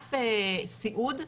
בענף סיעוד,